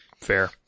Fair